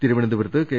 തിരുവനന്തപുരത്ത് കെ